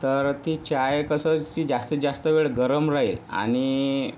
तर ती चाय कसं जास्तीत जास्त वेळ गरम राहील आणि